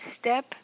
step